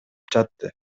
жатты